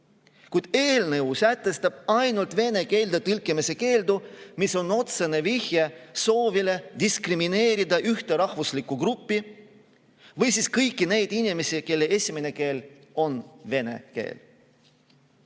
Kuid eelnõu sätestab ainult vene keelde tõlkimise keeldu, mis on otsene viide soovile diskrimineerida ühte rahvusgruppi ehk siis kõiki neid inimesi, kelle esimene keel on vene keel.